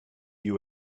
you